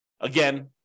Again